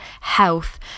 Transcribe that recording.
health